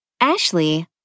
Ashley